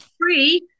free